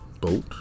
boat